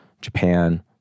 Japan